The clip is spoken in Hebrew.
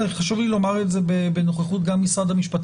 וחשוב לי לומר את זה בנוכחות משרד המשפטים